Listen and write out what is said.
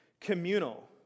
Communal